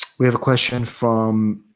we have a question from